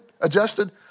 adjusted